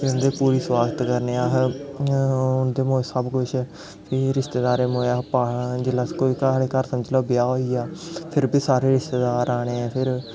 फिर उं'दी पूरी स्वागत करने अस उं'दे मोए सब कुछ फ्ही रिश्तेदारें मोए अस समझी लैओ घर ब्याह् होई गेआ फिर बी सारे रिश्तेदार औने फिर